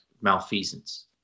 malfeasance